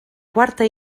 quarta